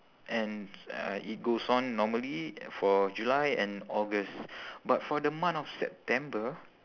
and uh it goes on normally for july and august but for the month of september